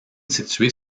située